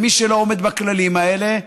ומי שלא עומד בכללים האלה,